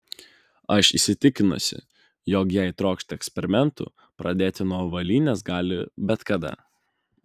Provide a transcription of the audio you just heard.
aš įsitikinusi jog jei trokšti eksperimentų pradėti nuo avalynės gali bet kada